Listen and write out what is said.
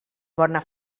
bona